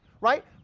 right